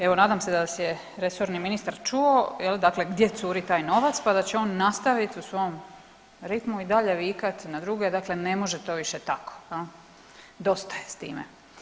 Evo nadam se da vas je resorni ministar čuo jel dakle gdje curi taj novac pa da će on nastaviti u svom ritmu i dalje vikat na druge, dakle ne može to više tako jel, dosta je s time.